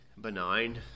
benign